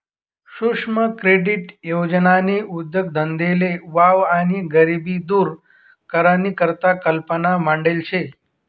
सुक्ष्म क्रेडीट योजननी उद्देगधंदाले वाव आणि गरिबी दूर करानी करता कल्पना मांडेल शे